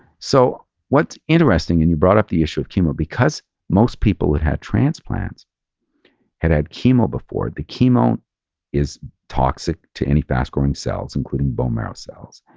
so what's interesting, and you brought up the issue of chemo because most people who had transplants had had chemo before. the chemo is toxic to any fast growing cells, including bone marrow cells,